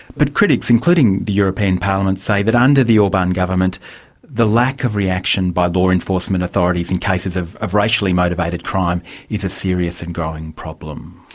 but critics, including the european parliament, say that under the orban government the lack of reaction by law enforcement authorities in cases of of racially motivated crime is a serious and growing problem.